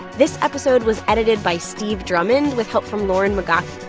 this episode was edited by steve drummond with help from lauren migaki.